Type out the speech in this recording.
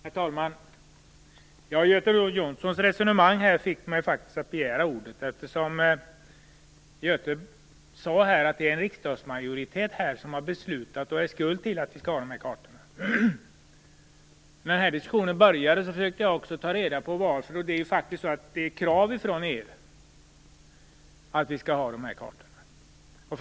Herr talman! Det var Göte Jonssons resonemang som fick mig att begära ordet, eftersom han sade att en riksdagsmajoritet här har beslutat detta och är skuld till att vi skall ha de här kartorna. När diskussionen började försökte jag ta reda på anledningen. Det är faktiskt ett krav från EU att vi skall ha kartorna.